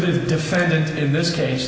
ve defendant in this case